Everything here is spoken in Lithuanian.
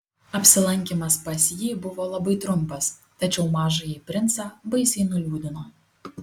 apsilankymas pas jį buvo labai trumpas tačiau mažąjį princą baisiai nuliūdino